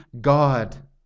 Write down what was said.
God